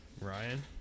Ryan